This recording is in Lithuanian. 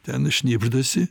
ten šnibždasi